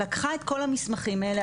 לקחה את כל המסמכים האלה,